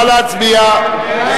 נא להצביע.